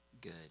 good